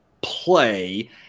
play